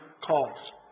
calls